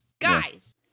guys